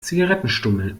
zigarettenstummel